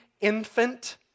infant